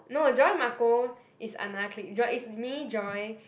no Joy Marco is another clique Joy is me Joy